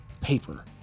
paper